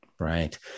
Right